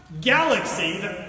galaxy